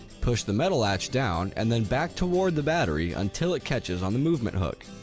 push the metal latch down and then back toward the battery until it catches on the movement hook.